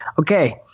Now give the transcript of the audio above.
okay